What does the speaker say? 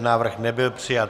Návrh nebyl přijat.